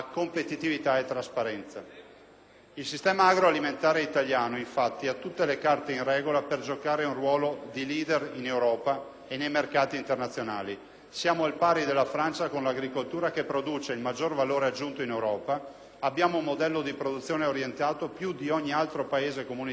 Il sistema agroalimentare italiano infatti ha tutte le carte in regola per giocare un ruolo di *leader* in Europa e nei mercati internazionali. Siamo al pari della Francia come agricoltura che produce il maggior valore aggiunto in Europa; abbiamo un modello di produzione orientato più di ogni altro Paese comunitario su prodotti di qualità.